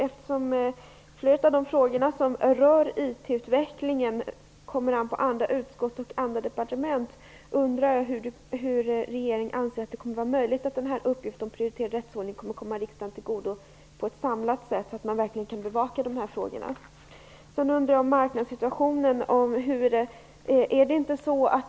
Eftersom flera av de frågor som rör IT-utvecklingen kommer an på andra utskott och andra departement, undrar jag om regeringen anser det möjligt att uppgiften om en prioriterad rättsordning kommer riksdagen tillgodo på ett samlat sätt, så att man verkligen kan bevaka frågorna. Sedan har jag en undran om marknadssituationen.